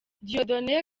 dieudonné